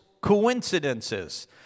coincidences